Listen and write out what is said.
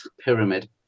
pyramid